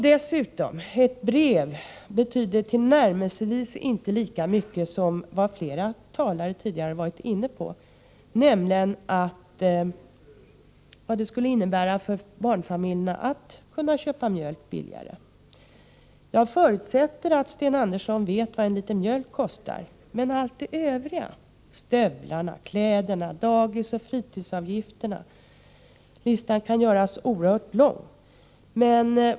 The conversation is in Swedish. Dessutom betyder ett brev tillnärmelsevis inte lika mycket för barnfamiljerna som att kunna köpa mjölk litet billigare — det har flera talare varit inne på. Jag förutsätter att Sten Andersson vet vad en liter mjölk kostar. Men hur är det med allt det övriga — stövlarna, kläderna, dagisoch fritidsavgifterna, listan kan göras oerhört lång?